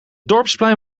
dorpsplein